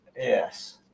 Yes